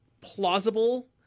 plausible